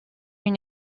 une